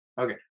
Okay